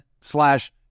slash